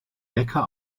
neckar